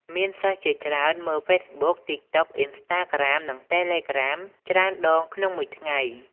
មានសិស្សជាច្រើនមើល Facebook, TikTok, Instagram និង Telegram ច្រើនដងក្នុងមួយថ្ងៃ។